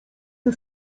nie